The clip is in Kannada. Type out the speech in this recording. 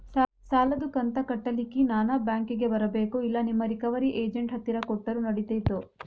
ಸಾಲದು ಕಂತ ಕಟ್ಟಲಿಕ್ಕೆ ನಾನ ಬ್ಯಾಂಕಿಗೆ ಬರಬೇಕೋ, ಇಲ್ಲ ನಿಮ್ಮ ರಿಕವರಿ ಏಜೆಂಟ್ ಹತ್ತಿರ ಕೊಟ್ಟರು ನಡಿತೆತೋ?